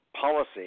policy